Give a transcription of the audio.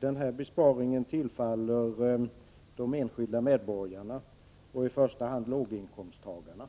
Den besparingen tillfaller de enskilda medborgarna och i första hand låginkomsttagarna.